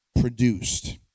produced